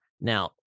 Now